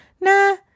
nah